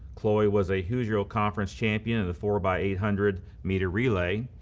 chloe was a usual conference champion in the four by eight hundred meter relay,